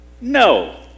No